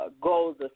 goals